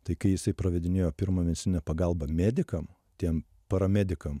tai kai jisai pravedinėjo pirmą medicininę pagalbą medikam tiem paramedikam